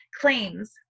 claims